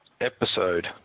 episode